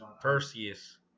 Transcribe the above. Perseus